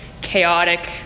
chaotic